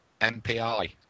MPI